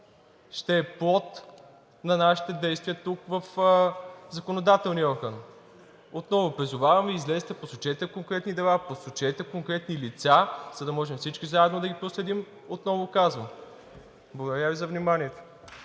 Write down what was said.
ще е плод на нашите действия тук в законодателния орган. Отново призовавам – излезте, посочете конкретни дела, посочете конкретни лица, за да можем всички заедно да ги проследим, отново казвам. Благодаря Ви за вниманието.